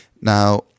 Now